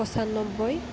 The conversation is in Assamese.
পঁচান্নব্বৈ